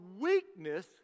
weakness